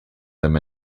them